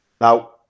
Now